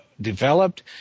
developed